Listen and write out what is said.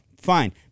fine